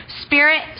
spirit